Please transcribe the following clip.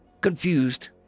Confused